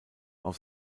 auf